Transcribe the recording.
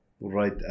right